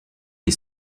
est